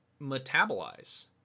metabolize